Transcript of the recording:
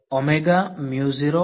divergence થશે